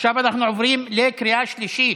עכשיו אנחנו עוברים לקריאה שלישית.